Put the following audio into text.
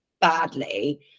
badly